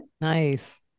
Nice